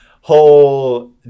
whole